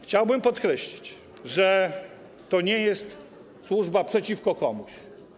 Chciałbym podkreślić, że to nie jest służba przeciwko komuś.